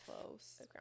close